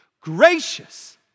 gracious